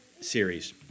series